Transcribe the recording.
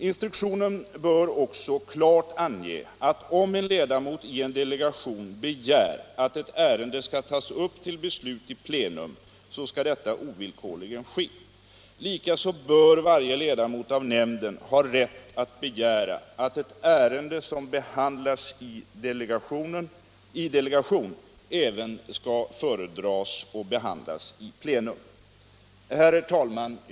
Instruktionen bör också klart ange, att om en ledamot i en delegation begär att ett ärende skall tas upp till beslut i plenum, skall detta ovillkorligen ske. Likaså bör varje ledamot av nämnden ha rätt att begära att ärende som behandlas i delegation även skall föredras och behandlas i plenum. Herr talman!